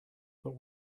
but